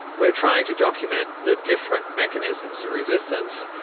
we're trying to document the different mechanisms, the resistance,